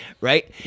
Right